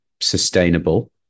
Sustainable